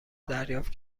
دریافت